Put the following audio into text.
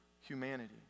humanity